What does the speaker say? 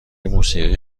موسیقی